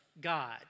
God